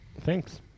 Thanks